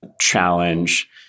challenge